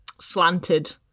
slanted